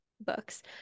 books